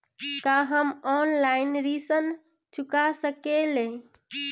का हम ऑनलाइन ऋण चुका सके ली?